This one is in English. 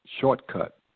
shortcut